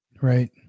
Right